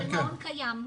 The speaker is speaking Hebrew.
זה מעון קיים.